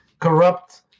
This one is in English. corrupt